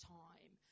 time